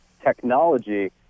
technology